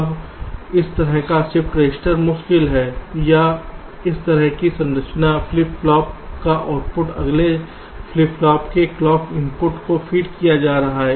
अब इस तरह का शिफ्ट रजिस्टर मुश्किल है या इस तरह की संरचना फ्लिप फ्लॉप का आउटपुट अगले फ्लिप फ्लॉप के क्लॉक इनपुट को फीड किया जाता है